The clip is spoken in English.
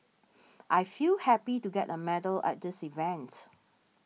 I feel happy to get a medal at this event